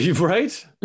Right